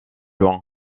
loin